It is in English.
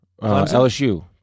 LSU